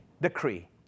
decree